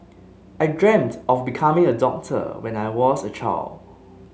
I dreamt of becoming a doctor when I was a child